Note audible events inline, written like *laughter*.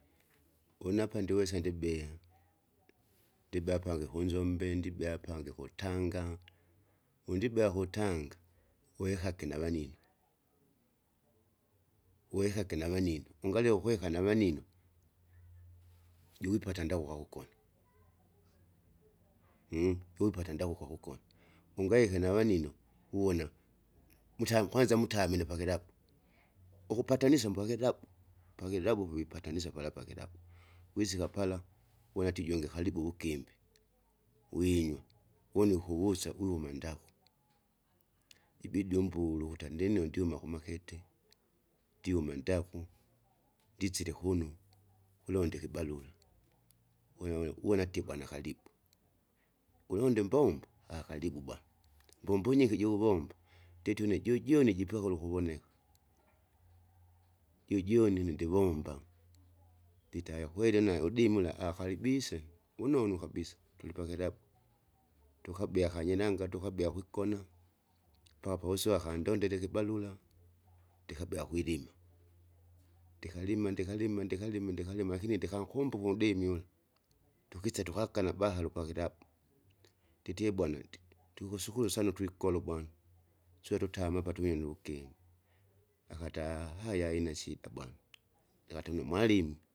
Une apa ndiwesa ndibee ndibee apangi kunzombe, ndibea ku Tanga, undibea kutanga wekage navanino, wekage navanino, ungarya ukweka navanino, juwipata ndauka kukone, *hesitation* wipata ndauka kukone, ungaike navanino, uwona mutamu kwanza mutumi napakilabu ukupatanisa mbakilabu, pakilabu povipatanisa pala pakilabu. Wisika pala wenati ijunge karibu uvukimbi wiinywa, woni ukugusa wiuma ndagu, ibidi umbule ukuti andinnino ndiuma kumakete, ndiuma ndaku, ndisile kuno, kulonda ikibarura, wona wene uwonatie bwana karibu, ulonde imbombo? *hesitation* karibu bwana mbombo nyiki jukuvomba? nditie une jojoni jipakule ukuvoneka, jojoni ine ndivomba, ndita haya kweli ine udimula akalibie! vunonu kabisa tulipakilabu. Tukabie akajinanga tukabie akwikona, paka pawusiwaka andondele ikibarura. ndikabia kwilima, ndikalima ndikalima ndikalima ndikalima lakini ndikankumbuka undemi une. tukise tuagana bahalu pakilabu, nditie bwana ndi- ndikukusukulu sana utwikolo bwana, sio tutame apa tuinuke, akati ahaya aina shida bwana, jikati numwalimi.